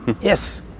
Yes